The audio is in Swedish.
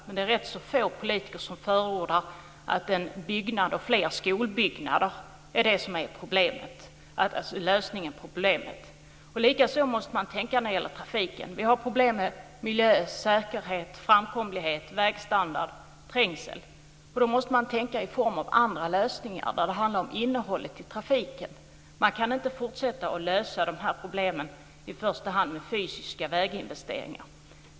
Men det är rätt få politiker som förordar fler skolbyggnader som lösning på problemet. Likadant måste man tänkta när det gäller trafiken. Vi har problem med miljö, säkerhet, framkomlighet, vägstandard och trängsel. Då måste man tänka i form av andra lösningar där det handlar om innehållet i trafiken. Man kan inte fortsätta att lösa de här problemen i första hand med fysiska väginvesteringar.